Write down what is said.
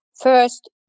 First